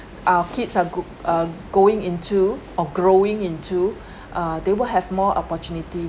our kids are go~ are going into or growing into err they will have more opportunity